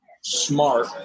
smart